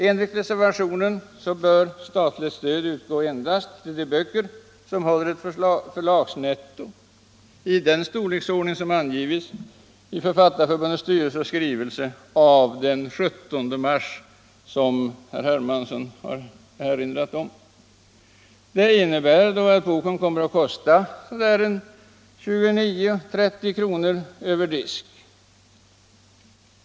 Enligt reservationen bör statligt stöd utgå endast till de böcker som håller ett förlagsnetto i den storleksordning som angivits i Författarförbundets styrelses skrivelse av den 17 mars, som herr Hermansson erinrat om. Det innebär att boken kommer att kosta ca 30 kr. över disk.